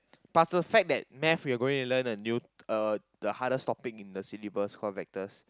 plus the fact that math we're going to learn a new uh the hardest topic in the syllabus call Vectors